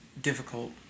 difficult